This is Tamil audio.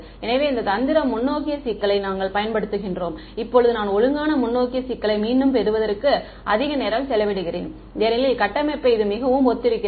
எனவே இந்த தந்திரம் முன்னோக்கிய சிக்கலை நாங்கள் பயன்படுத்துகின்றோம் இப்போது நான் ஒழுங்கான முன்னோக்கிய சிக்கலை மீண்டும் பெறுவதற்கு அதிக நேரம் செலவிடுகிறேன் ஏனெனில் கட்டமைப்பை இது மிகவும் ஒத்திருக்கிறது